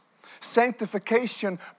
Sanctification